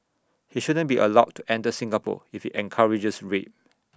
he shouldn't be allowed to enter Singapore if he encourages rape